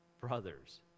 brothers